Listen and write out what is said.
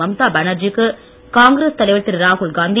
மம்தா பானர்ஜிக்கு காங்கிரஸ் தலைவர் திரு ராகுல்காந்தி